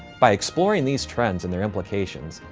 by exploring these trends and their implications,